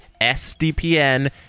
SDPN